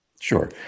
Sure